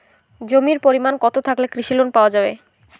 জমির পরিমাণ কতো থাকলে কৃষি লোন পাওয়া যাবে?